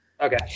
okay